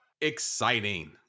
Exciting